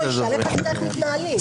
קודם כול תגיד, שנדע איך מתנהלים.